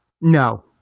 No